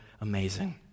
amazing